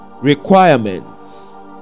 Requirements